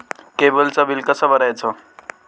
केबलचा बिल कसा भरायचा?